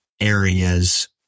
areas